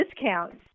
discounts